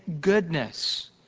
goodness